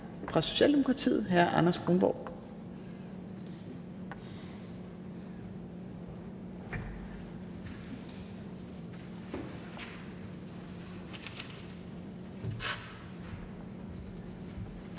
for Socialdemokratiet, hr. Anders Kronborg.